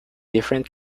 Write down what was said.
different